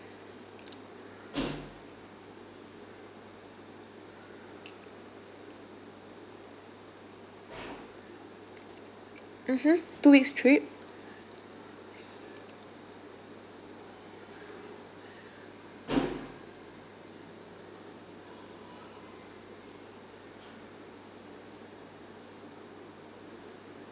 mmhmm two weeks trip